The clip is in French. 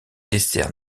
dessert